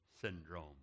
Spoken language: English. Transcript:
syndrome